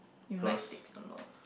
you might sticks some more